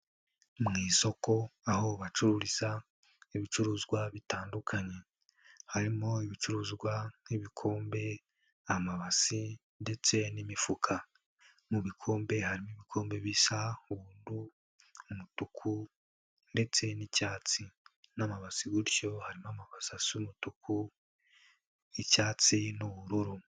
Uu isoko aho bacururiza ibicuruzwa bitandukanye, harimo ibicuruzwa nk'ibikombe, amabasi, ndetse n'imifuka. Mu bikombe harimo ibikombe bisa ubururu, umutuku, ndetse n'icyatsi, n'amabasi gutyo. Harimo amabasi asa umutuku n'icyatsi n'ubururu.